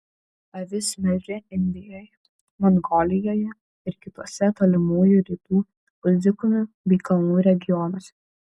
avis melžia indijoje mongolijoje ir kituose tolimųjų rytų pusdykumių bei kalnų regionuose